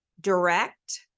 direct